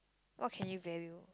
what can you value